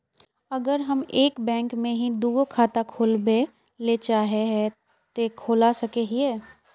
अगर हम एक बैंक में ही दुगो खाता खोलबे ले चाहे है ते खोला सके हिये?